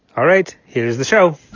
all right. here's the show